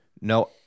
no